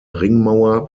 ringmauer